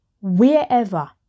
wherever